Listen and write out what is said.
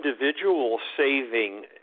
individual-saving